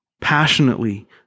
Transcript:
passionately